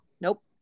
Nope